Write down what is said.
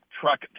truck